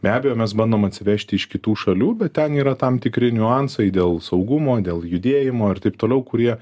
be abejo mes bandom atsivežti iš kitų šalių bet ten yra tam tikri niuansai dėl saugumo dėl judėjimo ir taip toliau kurie